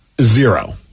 Zero